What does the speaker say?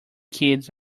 kids